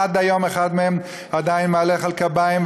עד היום אחד מהם עדיין מהלך על קביים,